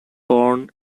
born